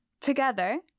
Together